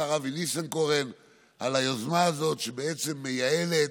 השר אבי ניסנקורן על היוזמה הזאת, שבעצם מייעלת,